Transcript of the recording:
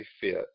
fit